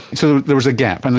so there was a gap, and